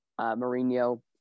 Mourinho –